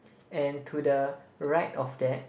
and to the right of that